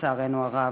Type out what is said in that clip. לצערנו הרב.